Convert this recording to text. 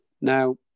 Now